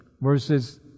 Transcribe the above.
Verses